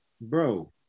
bro